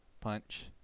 punch